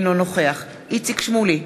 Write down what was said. אינו נוכח איציק שמולי,